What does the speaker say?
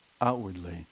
outwardly